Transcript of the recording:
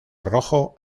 rojo